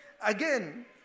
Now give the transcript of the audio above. Again